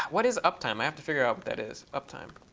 what is uptime? i have to figure out what that is uptime.